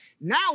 Now